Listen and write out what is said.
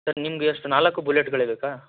sir ನಿಮಗೆ ಎಷ್ಟು ನಾಲ್ಕೂ ಬುಲೆಟ್ಗಳೇ ಬೇಕಾ